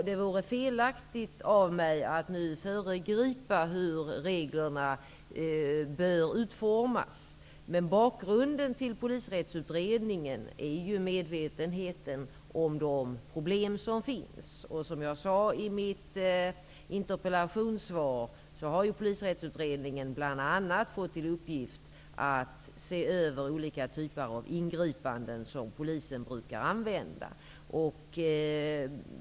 Det vore felaktigt av mig att nu föregripa hur reglerna bör utformas. Bakgrunden till Polisrättsutredningen är ju medvetenheten om de problem som finns. Som jag sade i mitt interpellationssvar har Polisrättsutredningen bl.a. fått till uppgift att se över olika typer av ingripanden som polisen brukar använda.